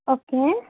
okay